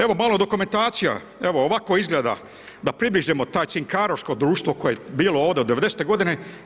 Evo malo dokumentacija, evo ovako izgleda da približimo taj cinkaroško društvo koje je bilo ovdje od devedesete godine.